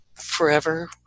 forever